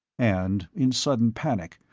and, in sudden panic,